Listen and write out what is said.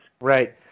Right